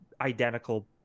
identical